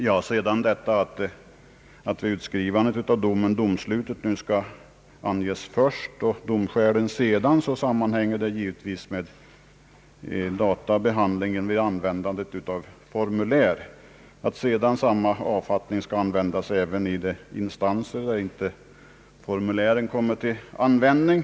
Den föreslagna ordningen att vid utskrivandet av domen domslutet skall anges först och domskälen därefter sammanhänger givetvis med användandet av formulär vid databehandlingen. Vidare föreslås att samma avfattning skall användas även i de instanser där formulären inte kommer till användning.